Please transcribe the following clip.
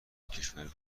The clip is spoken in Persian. کشور